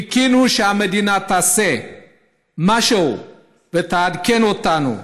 חיכינו שהמדינה תעשה משהו ותעדכן אותנו,